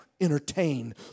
entertain